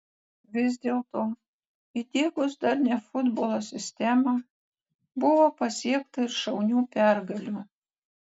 vis dėlto įdiegus darnią futbolo sistemą buvo pasiekta ir šaunių pergalių